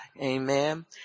Amen